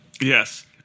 Yes